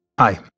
Hi